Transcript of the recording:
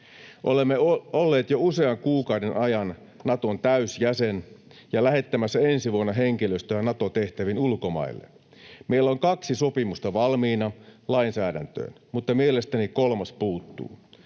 Olemme olleet jo usean kuukauden ajan Naton täysjäsen ja lähettämässä ensi vuonna henkilöstöä Nato-tehtäviin ulkomaille. Meillä on kaksi sopimusta valmiina lainsäädäntöön, mutta mielestäni kolmas puuttuu: